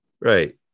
right